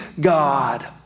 God